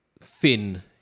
thin